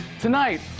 Tonight